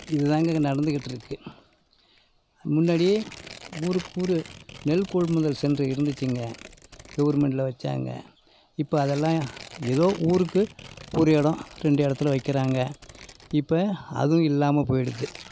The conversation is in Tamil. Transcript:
இதுதாங்க நடந்துக்கிட்டு இருக்கு முன்னடி ஊருக்கூர் நெல் கொள்முதல் சென்டர் இருந்துச்சிங்க கவுர்மெண்ட்டில் வச்சாங்க இப்போ அதெல்லாம் எதோ ஊருக்கு ஒரு இடம் ரெண்டு இடத்துல வைக்கிறாங்க இப்போ அதுவும் இல்லாமல் போயிடுத்து